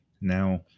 Now